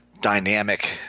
dynamic